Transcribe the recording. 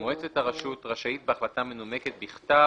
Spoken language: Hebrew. "מועצת הרשות רשאית, בהחלטה מנומקת בכתב"